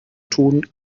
tun